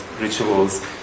rituals